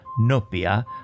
Nopia